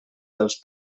dels